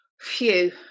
phew